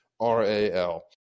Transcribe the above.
RAL